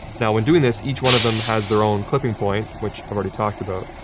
now, when doing this, each one of them has their own clipping point, which i've already talked about,